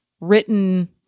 written